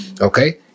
Okay